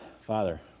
Father